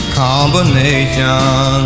combination